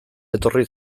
etorri